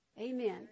Amen